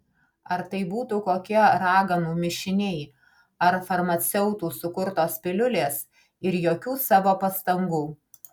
ar tai būtų kokie raganų mišiniai ar farmaceutų sukurtos piliulės ir jokių savo pastangų